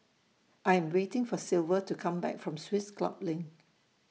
I Am waiting For Silver to Come Back from Swiss Club LINK